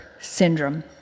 syndrome